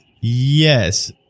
Yes